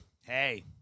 Hey